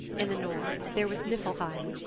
in the north there was niflheim,